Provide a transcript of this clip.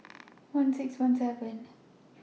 one six one seven